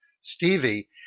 Stevie